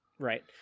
Right